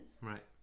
Right